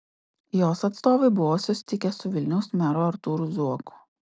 jos atstovai buvo susitikę su vilniaus meru artūru zuoku